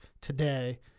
today